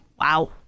wow